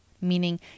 Meaning